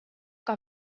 que